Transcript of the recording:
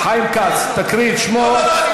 חיים כץ, תקריאי את שמו.